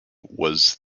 was